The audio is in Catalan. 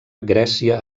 grècia